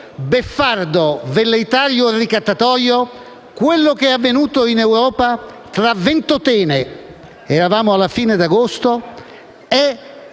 beffardo, velleitario e ricattatorio, quello che è avvenuto in Europa tra Ventotene (eravamo alla fine di agosto) e